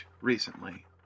recently